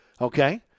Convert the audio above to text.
Okay